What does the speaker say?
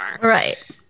Right